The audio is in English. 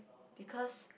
because